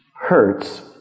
hurts